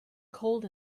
cold